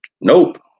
Nope